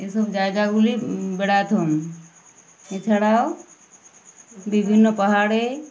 এসব জায়গাগুলি বেড়াতাম এছাড়াও বিভিন্ন পাহাড়ে